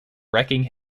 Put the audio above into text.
wrecking